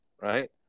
right